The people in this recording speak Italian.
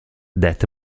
that